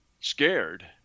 scared